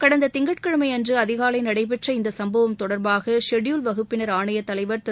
கடந்த திங்கட்கிழமை அன்று அதிகாலை நடைபெற்ற இந்த சம்பவம் தொடர்பாக ஷெட்யூல் வகுப்பினா் ஆணையத் தலைவா் திரு